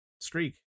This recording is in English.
streak